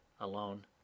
alone